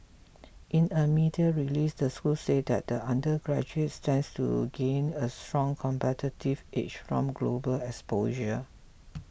in a media release the school said that the undergraduates stand to gain a strong competitive edge from global exposure